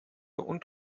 und